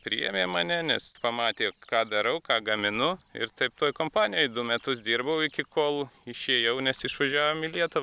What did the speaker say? priėmė mane nes pamatė ką darau ką gaminu ir taip toj kompanijoj du metus dirbau iki kol išėjau nes išvažiavom į lietuvą